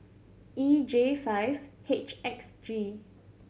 E J five H X G